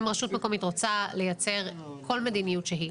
אם רשות מקומית רוצה לייצר כל מדיניות שהיא,